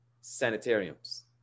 sanitariums